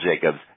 Jacobs